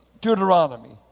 Deuteronomy